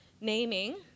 naming